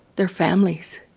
they're families.